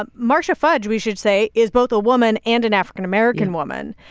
um marcia fudge, we should say, is both a woman and an african-american woman.